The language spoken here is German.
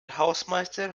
hausmeister